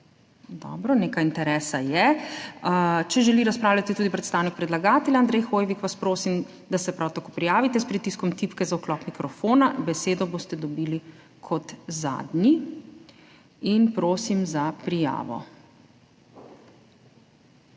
Dobro, nekaj interesa je. Če želi razpravljati tudi predstavnik predlagatelja Andrej Hoivik, prosim, da se prav tako prijavite s pritiskom tipke za vklop mikrofona. Besedo boste dobili kot zadnji. Prosim za prijavo.